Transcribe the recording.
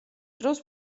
დროს